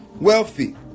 wealthy